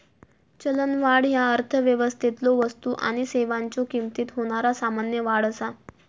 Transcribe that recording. चलनवाढ ह्या अर्थव्यवस्थेतलो वस्तू आणि सेवांच्यो किमतीत होणारा सामान्य वाढ असा